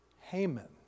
Haman